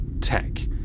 tech